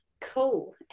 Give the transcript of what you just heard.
Cool